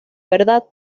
verdad